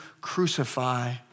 crucify